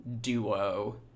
duo